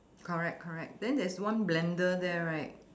correct correct then there's one blender there right